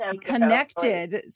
connected